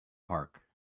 park